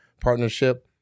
partnership